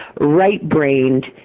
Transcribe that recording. right-brained